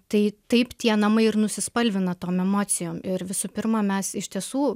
tai taip tie namai ir nusispalvina tom emocijom ir visų pirma mes iš tiesų